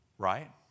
Right